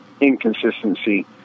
inconsistency